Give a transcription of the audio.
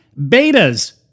betas